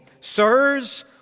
Sirs